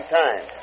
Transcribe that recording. time